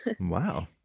Wow